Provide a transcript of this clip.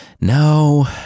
No